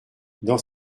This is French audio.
dans